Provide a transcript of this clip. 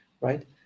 right